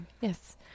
yes